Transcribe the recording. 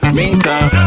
meantime